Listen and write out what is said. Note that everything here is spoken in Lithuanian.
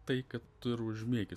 tai kad tu ir užmiegi